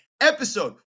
episode